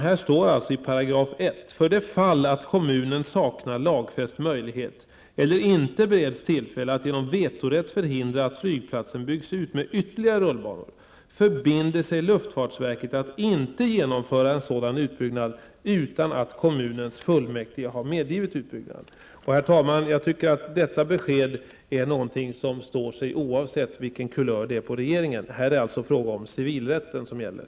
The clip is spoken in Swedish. Här står i § 1: För det fall att kommunen saknar lagfäst möjlighet eller inte bereds tillfälle att genom vetorätt förhindra att flygplatsen byggs ut med ytterligare rullbanor, förbinder sig luftfartsverket att inte genomföra en sådan utbyggnad utan att kommunens fullmäktige har medgivit utbyggnaden. Herr talman! Jag tycker att detta besked står sig, oavsett vilken kulör det är på regeringen. Här är det alltså civilrätten som gäller.